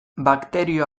bakterio